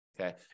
okay